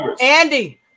Andy